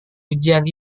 ujian